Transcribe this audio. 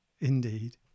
indeed